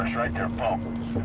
right there's um